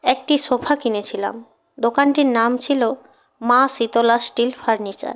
একটি সোফা কিনেছিলাম দোকানটির নাম ছিল মা শীতলা স্টিল ফার্নিচার